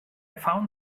found